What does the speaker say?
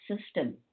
system